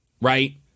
right